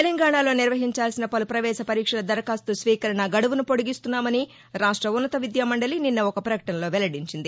తెలంగాణలో నిర్వహించాల్సిన పలు పవేశ పరీక్షల దరఖాస్తు స్వీకరణ గడువును పొడిగిస్తున్నామని రాష్ట ఉన్నత విద్యామండలి నిన్న ఒక ప్రకటనలో వెల్లడించింది